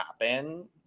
happen